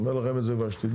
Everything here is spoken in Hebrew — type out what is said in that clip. אני אומר לכם שתדעו.